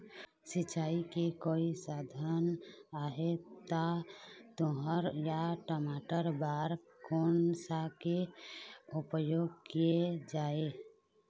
सिचाई के कई साधन आहे ता तुंहर या टमाटर बार कोन सा के उपयोग किए जाए?